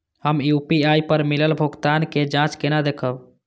हम यू.पी.आई पर मिलल भुगतान के जाँच केना देखब?